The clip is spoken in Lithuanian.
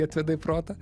atveda į protą